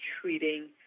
treating